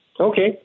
Okay